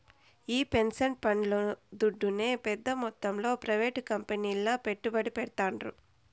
ఈ పెన్సన్ పండ్లు దుడ్డునే పెద్ద మొత్తంలో ప్రైవేట్ కంపెనీల్ల పెట్టుబడి పెడ్తాండారు